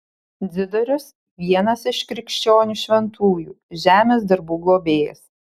dzidorius vienas iš krikščionių šventųjų žemės darbų globėjas